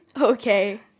Okay